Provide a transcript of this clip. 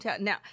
now